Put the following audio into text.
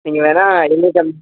நீங்கள் வேணால்